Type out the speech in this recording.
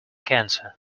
cancer